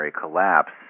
collapse